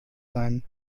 sein